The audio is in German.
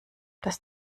das